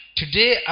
today